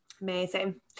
amazing